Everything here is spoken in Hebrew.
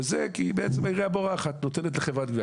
זה כי בעצם העירייה בורחת ונותנת לחברת הגבייה.